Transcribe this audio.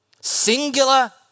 singular